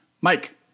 Mike